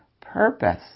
purpose